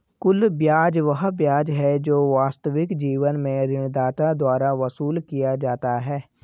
कुल ब्याज वह ब्याज है जो वास्तविक जीवन में ऋणदाता द्वारा वसूल किया जाता है